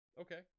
okay